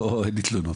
אין לי תלונות.